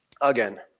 again